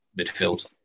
midfield